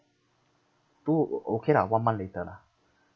pu~ uh okay lah one month later lah